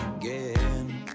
again